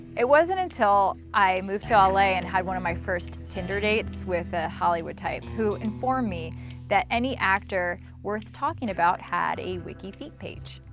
it wasn't until i moved to l a. and had one my first tinder dates with a hollywood type, who informed me that any actor worth talking about had a wikifeet page.